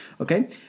okay